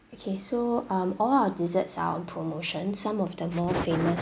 okay so um all our desserts are on promotion some of the more famous